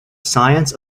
science